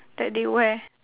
that they wear